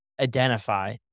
identify